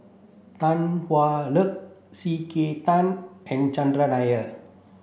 Tan Hwa Luck C K Tang and Chandran Nair